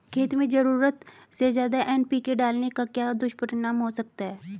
खेत में ज़रूरत से ज्यादा एन.पी.के डालने का क्या दुष्परिणाम हो सकता है?